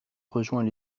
rejoint